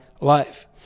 life